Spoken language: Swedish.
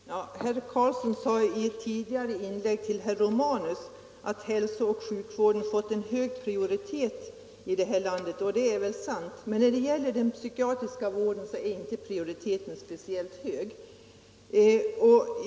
Herr talman! Herr Karlsson i Huskvarna sade i ett tidigare inlägg till herr Romanus att hälsooch sjukvården fått en hög prioritet i vårt land, och det är väl sant. Men för den psykiatriska vården är prioriteten inte speciellt hög.